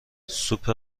سوپ